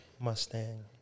Mustang